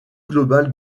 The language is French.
global